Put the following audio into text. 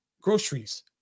groceries